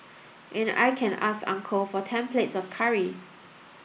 and I can ask uncle for ten plates of curry